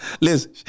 Listen